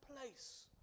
place